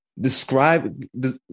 describe